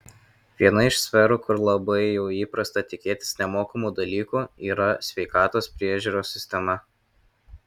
viena iš sferų kur labai jau įprasta tikėtis nemokamų dalykų yra sveikatos priežiūros sistema